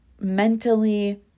mentally